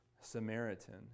Samaritan